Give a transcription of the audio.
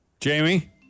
Jamie